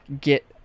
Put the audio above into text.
get